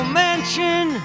mansion